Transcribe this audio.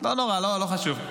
לא נורא, לא חשוב.